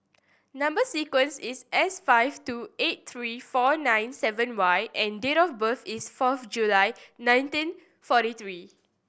number sequence is S five two eight three four nine seven Y and date of birth is fourth July nineteen forty three